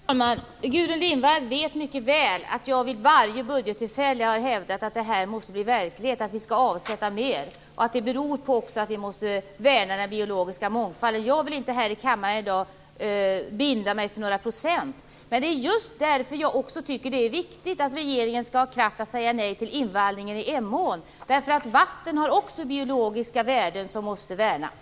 Fru talman! Gudrun Lindvall vet mycket väl att jag vid varje budgettillfälle har hävdat att detta måste bli verklighet. Vi skall avsätta mer. Detta beror på att vi måste värna den biologiska mångfalden. Men jag vill inte här i kammaren i dag binda mig för några procentsatser. Det är också därför jag tycker att det är viktigt att regeringen skall ha kraft att säga nej till invallningen i Emån. Vatten har nämligen också biologiska värden som måste värnas.